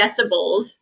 decibels